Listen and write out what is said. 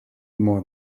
more